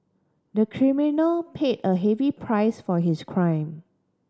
the criminal paid a heavy price for his crime